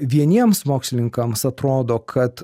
vieniems mokslininkams atrodo kad